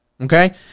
okay